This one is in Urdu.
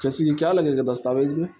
جیسے کہ کیا لگے گا دستاویز میں